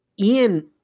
ian